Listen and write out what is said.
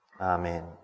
Amen